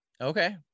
Okay